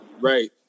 right